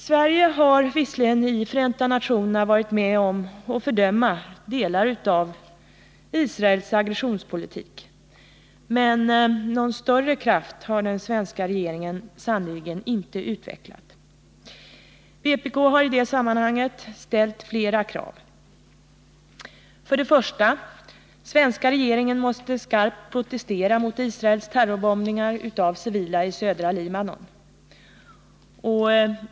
Sverige har visserligen i FN varit med om att fördöma delar av Israels aggressionspolitik, men någon större kraft har den svenska regeringen sannerligen inte utvecklat. Vpk har i det sammanhanget ställt flera krav. För det första måste den svenska regeringen skarpt protestera mot Israels terrorbombningar av civila i södra Libanon.